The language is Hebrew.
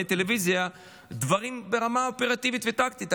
טלוויזיה דברים ברמה אופרטיבית וטקטית.